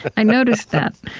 i noticed that